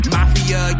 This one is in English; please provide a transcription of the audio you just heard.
Mafia